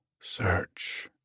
search